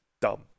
Dumb